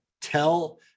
tell